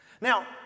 Now